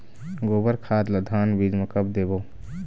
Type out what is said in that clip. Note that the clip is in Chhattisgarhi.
गोबर खाद ला धान बीज म कब देबो?